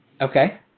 Okay